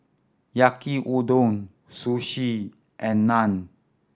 Yaki Udon Sushi and Naan